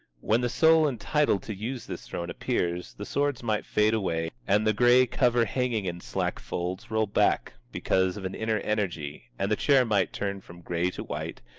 when the soul entitled to use this throne appears, the swords might fade away and the gray cover hanging in slack folds roll back because of an inner energy and the chair might turn from gray to white,